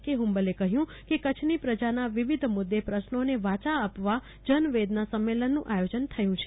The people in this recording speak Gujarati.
કે ફંબલે યોજના કહ્યું કે કરછની પ્રજાના વિવિધ મુદ્દે પ્રશ્નનોને વાચા આપવા જનવેદના સંમેલનનું આયોજન થયું છે